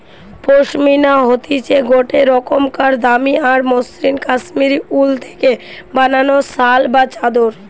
পশমিনা হতিছে গটে রোকমকার দামি আর মসৃন কাশ্মীরি উল থেকে বানানো শাল বা চাদর